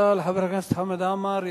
תודה לחבר הכנסת חמד עמאר.